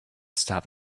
stepped